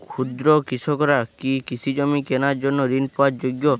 ক্ষুদ্র কৃষকরা কি কৃষিজমি কেনার জন্য ঋণ পাওয়ার যোগ্য?